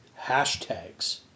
hashtags